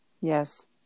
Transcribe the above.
Yes